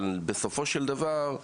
אבל בסופו של דבר,